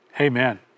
amen